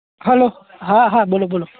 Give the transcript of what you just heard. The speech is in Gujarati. હલો હા હા બોલો બોલો